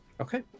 Okay